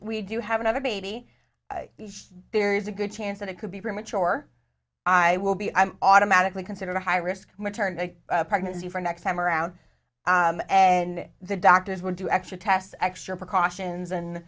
we do have another baby there is a good chance that it could be premature i will be automatically considered a high risk maternal pregnancy for next time around and the doctors would do extra tests extra precautions and